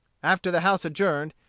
after the house adjourned,